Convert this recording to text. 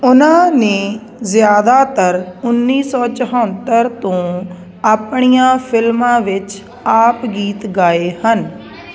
ਉਨ੍ਹਾਂ ਨੇ ਜ਼ਿਆਦਾਤਰ ਉੱਨੀ ਸੌ ਚੁਹੱਤਰ ਤੋਂ ਆਪਣੀਆਂ ਫਿਲਮਾਂ ਵਿੱਚ ਆਪ ਗੀਤ ਗਾਏ ਹਨ